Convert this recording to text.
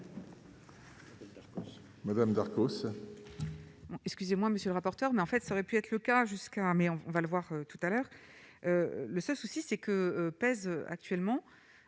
Madame Darcos.